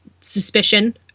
suspicion